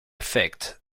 effect